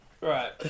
Right